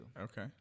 Okay